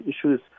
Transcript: issues